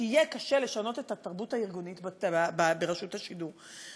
שיהיה קשה לשנות את התרבות הארגונית ברשות השידור.